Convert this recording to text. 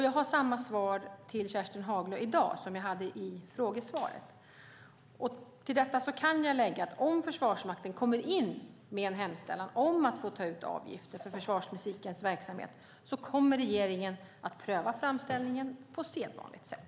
Jag har samma svar till Kerstin Haglö i dag som jag hade i frågesvaret. Till detta kan jag lägga att om Försvarsmakten kommer in med en hemställan om att få ta ut avgifter för försvarsmusikens verksamhet kommer regeringen att pröva framställningen på sedvanligt sätt.